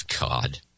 God